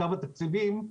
כמה תקציבים,